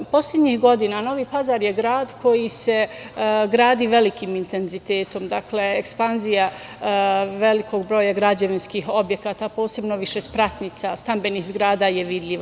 Poslednjih godina Novi Pazar je grad koji se gradi velikim intenzitetom, ekspanzija velikog broja građevinskih objekata, posebno višespratnica, stambenih zgrada je vidljiva.